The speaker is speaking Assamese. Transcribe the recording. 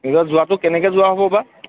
সেইদিনা যোৱাটো কেনেকৈ যোৱা হ'ব বা